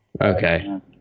Okay